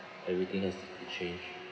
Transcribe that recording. everything has to change